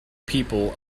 people